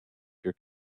your